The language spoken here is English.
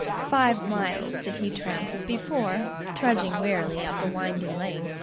five miles did he tramp before, trudging wearily up a winding lane,